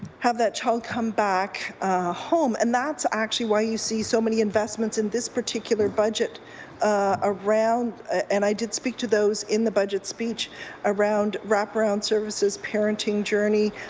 have that child come back home. and that's actually why you see so many investments in this particular budget ah around. and i did speak to those in the budget speech around wraparound services, parenting journey,